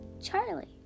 charlie